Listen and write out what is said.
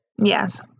Yes